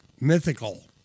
mythical